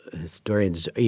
historians